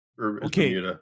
Okay